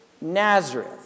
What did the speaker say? Nazareth